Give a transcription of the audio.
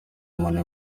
umuntu